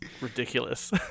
ridiculous